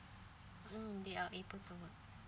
mm they're able to